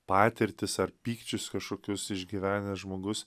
patirtis ar pykčius kašokius išgyvenęs žmogus